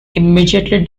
immediately